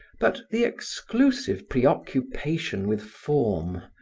but the exclusive preoccupation with form,